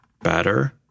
better